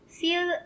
feel